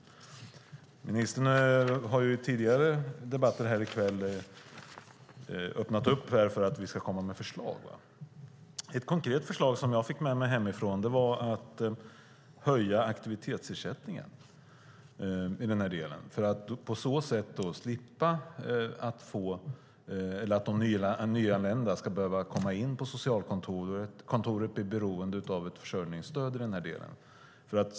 Ministern har i tidigare debatter i kväll öppnat för att vi ska komma med förslag. Ett konkret förslag jag fick med mig hemifrån var att man skulle kunna höja aktivitetsersättningen. På så sätt slipper man att de nyanlända ska behöva komma in på socialkontoret och bli beroende av försörjningsstöd.